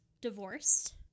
divorced